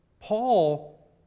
Paul